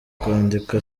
kwandika